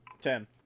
Ten